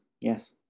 yes